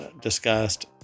discussed